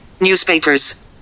Newspapers